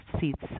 seats